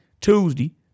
Tuesday